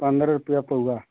पंद्रह रुपया पउआ